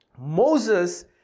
Moses